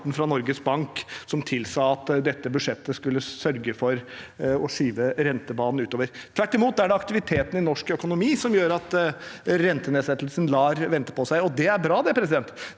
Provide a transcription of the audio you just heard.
fra Norges Bank som tilsa at dette budsjettet skulle sørge for å skyve rentebanen utover. Tvert imot er det aktiviteten i norsk økonomi som gjør at rentenedsettelsen lar vente på seg, og det er bra. Det er bra at